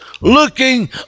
looking